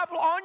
on